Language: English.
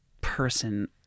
person